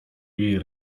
jej